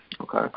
Okay